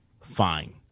fine